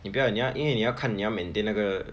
你不要你因为你要看你要 maintain 那个